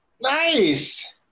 Nice